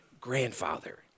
grandfather